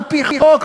על-פי חוק.